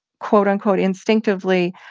quote-unquote, instinctively.